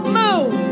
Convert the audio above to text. move